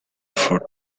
for